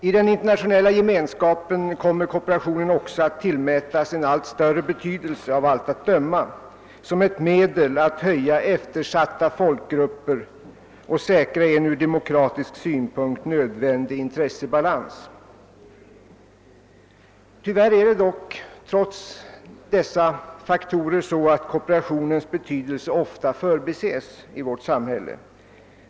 I den internationella gemenskapen kommer kooperationen också att tillmätas allt större betydelse för att höja eftersatta folkgruppers ställning och för att säkra en ur demokratisk synpunkt nödvändig intressebalans. Trots detta förbises tyvärr ofta kooperationens betydelse i vårt samhälle.